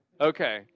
Okay